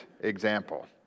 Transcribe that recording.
example